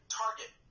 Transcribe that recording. target